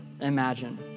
imagine